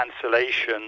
cancellation